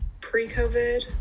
pre-covid